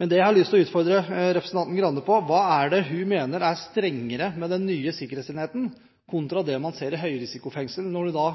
Men det jeg har lyst til å utfordre representanten Skei Grande på, er: Hva er det hun mener er strengere med den nye sikkerhetsenheten kontra det man ser i høyrisikofengsel – når du da